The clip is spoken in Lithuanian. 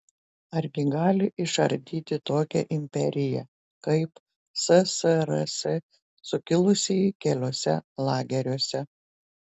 argi gali išardyti tokią imperiją kaip ssrs sukilusieji keliuose lageriuose